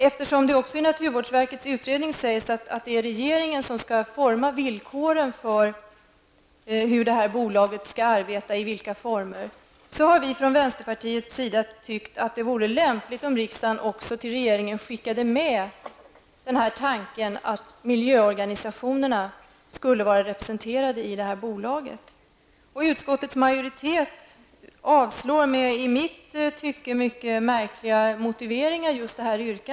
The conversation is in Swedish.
Eftersom det också i naturvårdsverkets utredning sägs att det är regeringen som skall forma villkoren för hur bolaget skall arbeta och i vilka former, har vi från vänsterpartiet tyckt att det vore lämpligt att riksdagen till regeringen skickade med tanken att miljöorganisationerna skall vara representerade i återvinningsbolaget. Utskottets majoritet avstyrker det yrkandet med i mitt tycke mycket märkliga motiveringar.